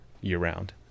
year-round